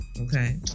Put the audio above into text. Okay